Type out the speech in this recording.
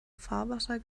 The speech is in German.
fahrwasser